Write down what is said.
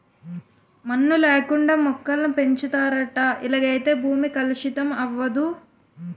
మన్ను లేకుండా మొక్కలను పెంచుతారట ఇలాగైతే భూమి కలుషితం అవదు